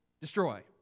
destroy